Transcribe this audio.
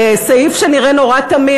סעיף שנראה נורא תמים,